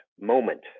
moment